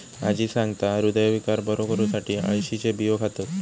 आजी सांगता, हृदयविकार बरो करुसाठी अळशीचे बियो खातत